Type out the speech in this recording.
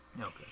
Okay